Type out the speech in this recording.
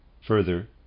further